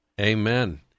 Amen